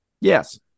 Yes